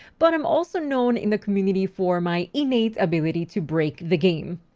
but i'm also known in the community for my innate ability to break the game.